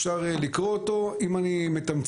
אפשר לקרוא אותו אם אני מתמצת,